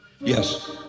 yes